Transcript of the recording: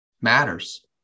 matters